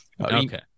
Okay